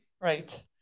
right